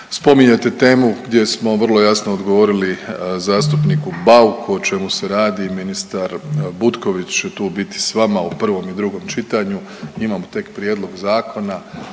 spominjete temu gdje smo vrlo jasno odgovorili zastupniku Bauku o čemu se radi. Ministar Butković će tu biti s vama u prvom i drugom čitanju. Imamo tek prijedlog zakona,